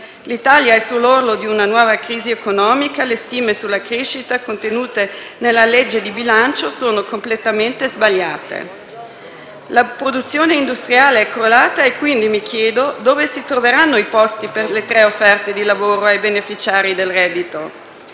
L'Italia è sull'orlo di una nuova crisi economica. Le stime sulla crescita, contenute nella legge di bilancio, sono completamente sbagliate. La produzione industriale è crollata e, quindi, mi chiedo dove si troveranno i posti per le tre offerte di lavoro ai beneficiari del reddito.